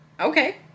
Okay